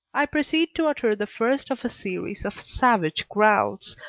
i proceed to utter the first of a series of savage growls,